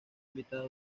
invitada